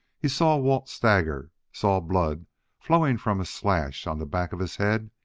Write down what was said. he saw walt stagger saw blood flowing from a slash on the back of his head,